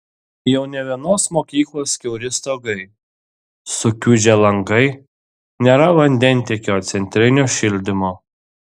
jau ne vienos mokyklos kiauri stogai sukiužę langai nėra vandentiekio centrinio šildymo